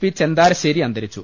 P Chentharassery അന്തരിച്ചു